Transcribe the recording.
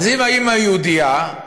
אז אם האימא יהודייה,